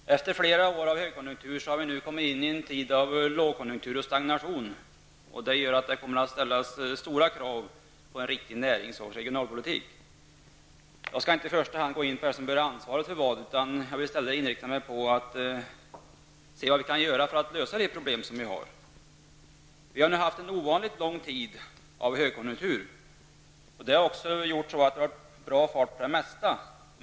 Herr talman! Efter flera år av högkonjunktur har vi nu kommit in i en tid av lågkonjunktur och stagnation. Detta gör att det kommer att ställas stora krav på en riktig närings och regionalpolitik. Jag skall inte i första hand gå in på vem som bär ansvaret för vad, utan jag vill nu i stället inrikta mig på att se vad vi kan göra för att lösa de problem vi har. Vi har nu haft en ovanligt lång tid av högkonjunktur. Detta har också gjort att vi har haft bra fart på det mesta.